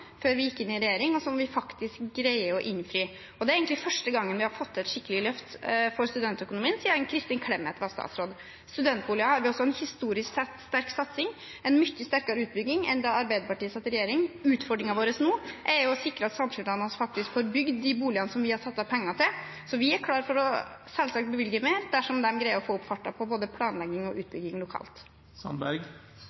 før vi gikk inn i regjering, og som vi faktisk greier å innfri. Det er egentlig første gang vi har fått til et skikkelig løft for studentøkonomien siden Kristin Clemet var statsråd. Studentboliger har vi også en historisk sett sterk satsing på – en mye sterkere utbygging enn da Arbeiderpartiet satt i regjering. Utfordringen vår nå er å sikre at samskipnadene faktisk får bygd de boligene som vi har satt av penger til. Vi er selvsagt klare for å bevilge mer dersom de greier å få opp farta både på planlegging og